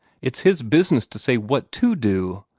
it's his business to say what to do.